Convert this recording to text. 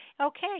Okay